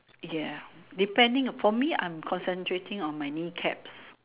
ya depending for me I am concentrating on my knee caps